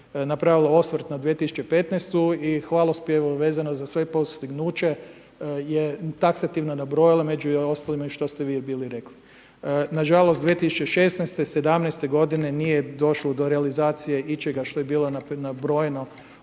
napravila osvrt na 2015. i hvalospjev vezan za svo postignuće je taksativno nabrojalo među ostalima i što ste vi bili rekli. Nažalost 2016., 2017. godine nije došlo do realizacije ičega što je bilo nabrojano